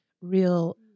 real